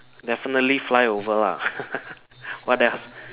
definitely fly over lah what else